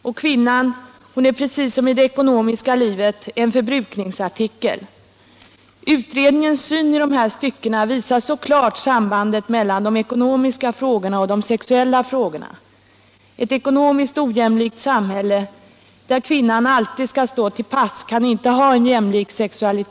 Och kvinnan är precis som i det ekonomiska livet en förbrukningsartikel. Utredningens syn i dessa stycken visar så klart sambandet mellan de ekonomiska frågorna och de sexuella. Ett ekonomiskt ojämlikt samhälle där kvinnan alltid skall stå till pass kan inte ha en jämlik sexualitet.